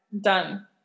Done